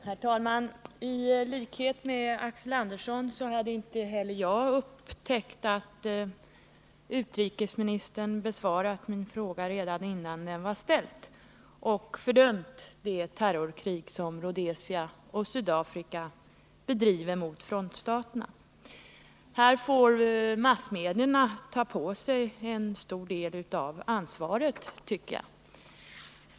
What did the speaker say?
Herr talman! I likhet med Axel Andersson hade inte heller jag upptäckt att utrikesministern besvarat min fråga redan innan den var ställd och fördömt det terrorkrig som Rhodesia och Sydafrika bedriver mot frontstaterna. Här får massmedierna ta på sig en stor del av ansvaret, tycker jag.